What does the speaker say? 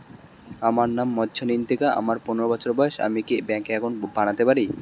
আমার নাম মজ্ঝন্তিকা, আমার পনেরো বছর বয়স, আমি কি ব্যঙ্কে একাউন্ট বানাতে পারি?